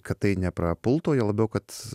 kad tai neprapultų juo labiau kad